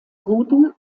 guten